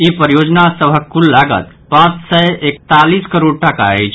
ई परियोजना सभक कुल लागत पांच सय एकतालीस करोड़ टाका अछि